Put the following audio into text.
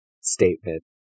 statement